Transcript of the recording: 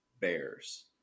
Bears